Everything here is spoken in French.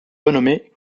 renommée